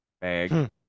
bag